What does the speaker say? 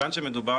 מכיוון שמדובר